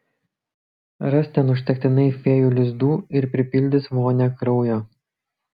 ras ten užtektinai fėjų lizdų ir pripildys vonią kraujo